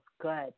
good